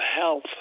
health